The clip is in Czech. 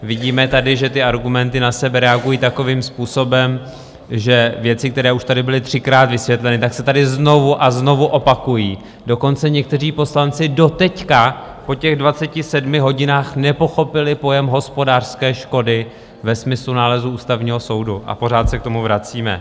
Vidíme tady, že argumenty na sebe reagují takovým způsobem, že věci, které už tady byly třikrát vysvětleny, se tady znovu a znovu opakují, dokonce někteří poslanci doteď po těch 27 hodinách nepochopili pojem hospodářské škody ve smyslu nálezu Ústavního soudu a pořád se k tomu vracíme.